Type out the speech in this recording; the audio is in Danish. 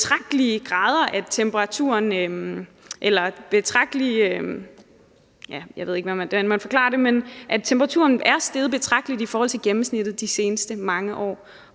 at temperaturen er steget betragteligt i forhold til gennemsnittet de seneste mange år,